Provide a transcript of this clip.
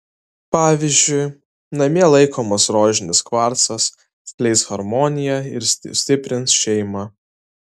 pavyzdžiui namie laikomas rožinis kvarcas skleis harmoniją ir stiprins šeimą